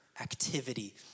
activity